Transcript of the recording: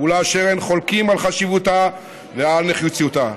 פעולה שאין חולקים על חשיבותה ועל נחיצותה.